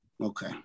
Okay